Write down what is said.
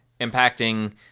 impacting